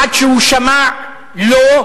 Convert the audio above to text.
עד שהוא שמע "לא"